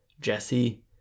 Jesse